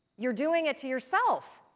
you're doing it to yourself.